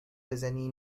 بزنی